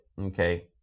okay